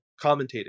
commentating